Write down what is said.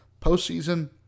Postseason